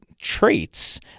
traits